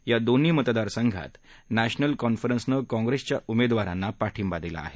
या दोन्ही मतदार संघात नॅशनल कॉन्फरन्सनं कॉंप्रेसच्या उमेदवारांना पाठिंबा दिला आहे